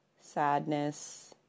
sadness